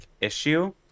issue